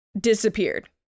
disappeared